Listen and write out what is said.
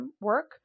work